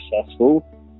successful